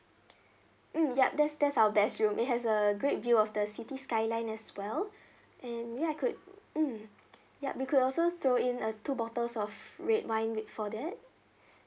mm ya that's that's our best room it has a great view of the city skyline as well and maybe I could mm ya we could also throw in uh two bottles of red wine with for that